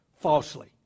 falsely